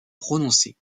prononcée